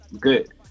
good